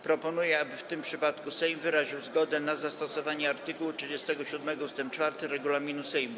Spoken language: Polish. Proponuję, aby w tym przypadku Sejm wyraził zgodę na zastosowanie art. 37 ust. 4 regulaminu Sejmu.